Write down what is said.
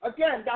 Again